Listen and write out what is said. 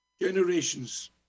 Generations